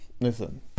listen